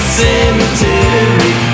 cemetery